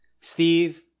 steve